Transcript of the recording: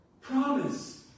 promise